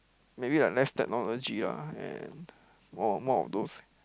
maybe like les technology ah and more more of those